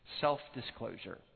self-disclosure